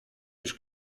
już